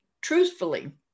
truthfully